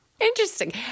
Interesting